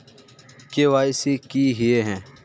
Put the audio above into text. KYC की हिये है?